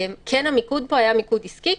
המיקוד פה היה מיקוד עסקי.